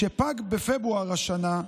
שפג בפברואר השנה,